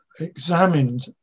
examined